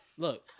Look